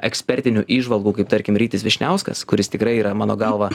ekspertinių įžvalgų kaip tarkim rytis vyšniauskas kuris tikrai yra mano galva